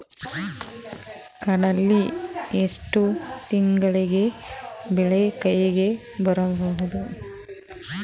ಕಡಲಿ ಎಷ್ಟು ತಿಂಗಳಿಗೆ ಬೆಳೆ ಕೈಗೆ ಬರಬಹುದು?